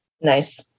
Nice